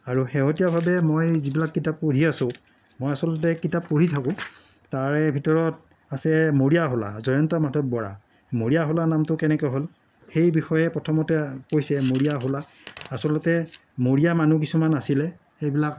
আৰু শেহতীয়াভাৱে মই যিবিলাক কিতাপ পঢ়ি আছোঁ মই আচলতে কিতাপ পঢ়ি থাকোঁ তাৰে ভিতৰত আছে মৰিয়াহোলা জয়ন্ত মাধৱ বৰা মৰিয়াহোলা নামটো কেনেকৈ হ'ল সেইবিষয়ে প্ৰথমে কৈছে মৰিয়াহোলা আচলতে মৰিয়া মানুহ কিছুমান আছিলে সেইবিলাক